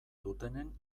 dutenen